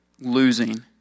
losing